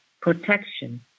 protection